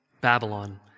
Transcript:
Babylon